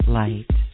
light